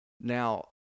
Now